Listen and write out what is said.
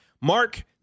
Mark